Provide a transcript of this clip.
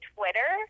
Twitter